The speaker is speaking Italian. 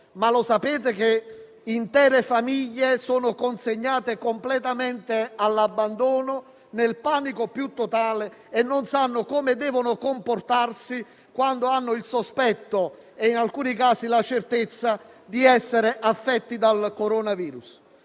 Sapete che intere famiglie sono consegnate completamente all'abbandono, nel panico più totale, e non sanno come devono comportarsi quando hanno il sospetto - e in alcuni casi la certezza - di essere affetti dal coronavirus?